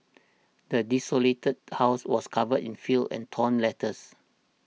the desolated house was covered in filth and torn letters